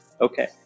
Okay